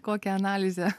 kokią analizę